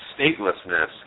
statelessness